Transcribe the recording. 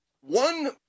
one